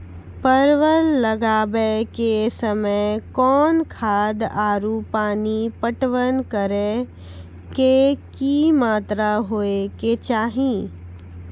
परवल लगाबै के समय कौन खाद आरु पानी पटवन करै के कि मात्रा होय केचाही?